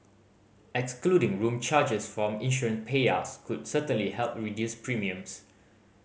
excluding room charges from insurance payouts could certainly help reduce premiums